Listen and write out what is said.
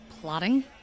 Plotting